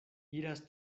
iras